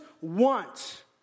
want